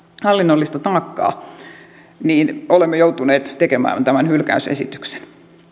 hallinnollista taakkaa tulee lisää olemme joutuneet tekemään tämä hylkäysesityksen